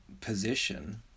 position